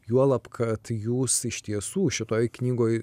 juolab kad jūs iš tiesų šitoj knygoj